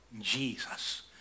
Jesus